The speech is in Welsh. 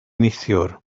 neithiwr